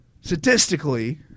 Statistically